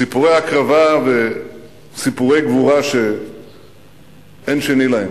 סיפורי הקרבה וסיפורי גבורה שאין שני להם.